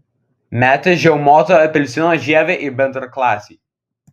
metė žiaumoto apelsino žievę į bendraklasį